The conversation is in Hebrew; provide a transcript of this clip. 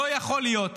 לא יכול להיות